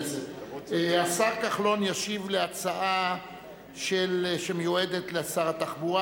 השר כחלון ישיב על הצעת חוק שמיועדת לשר התחבורה,